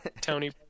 Tony